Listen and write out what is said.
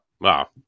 wow